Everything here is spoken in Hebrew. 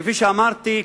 כפי שאמרתי,